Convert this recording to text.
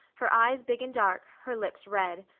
her eyes big and dark, her lips red.